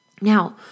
Now